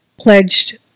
pledged